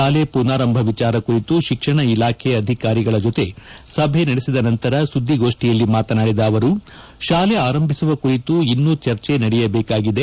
ಶಾಲೆ ಪುನಾರಂಭ ವಿಚಾರ ಕುರಿತು ಶಿಕ್ಷಣ ಇಲಾಖೆ ಅಧಿಕಾರಿಗಳ ಜೊತೆ ಸಭೆ ನಡೆಸಿದ ನಂತರ ಸುದ್ದಿಗೋಡ್ತಿಯಲ್ಲಿ ಮಾತನಾಡಿದ ಅವರು ಶಾಲೆ ಅರಂಭಿಸುವ ಕುರಿತು ಇನ್ನು ಚರ್ಚೆ ನಡೆಯಬೇಕಾಗಿದೆ